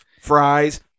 fries